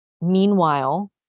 Meanwhile